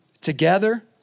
together